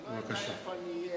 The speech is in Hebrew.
אני לא יודע איפה אני אהיה,